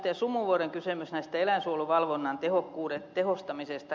sumuvuoren kysymys eläinsuojeluvalvonnan tehostamisesta